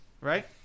right